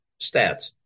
stats